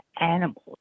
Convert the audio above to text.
animals